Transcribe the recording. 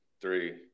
three